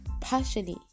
partially